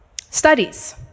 Studies